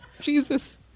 Jesus